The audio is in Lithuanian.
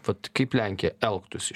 vat kaip lenkija elgtųsi